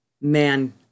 man